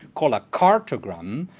called a cartogram.